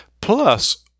plus